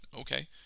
Okay